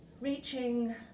reaching